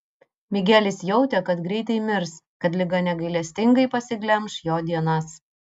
migelis jautė kad greitai mirs kad liga negailestingai pasiglemš jo dienas